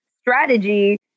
strategy